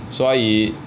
所以